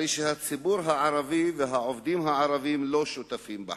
הרי שהציבור הערבי והעובדים הערבים לא שותפים בחגיגה.